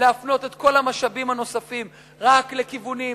להפנות את כל המשאבים הנוספים רק לכיוונים פוליטיים,